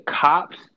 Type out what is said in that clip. cops